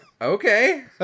Okay